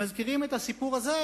מזכירות את הסיפור הזה,